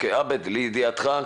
לידיעתך,